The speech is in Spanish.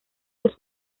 los